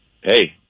Hey